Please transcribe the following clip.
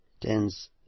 Tens